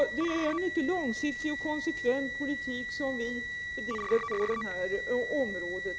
Det är en mycket långsiktig och konsekvent politik som regeringen driver på detta område.